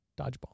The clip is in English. Dodgeball